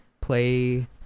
play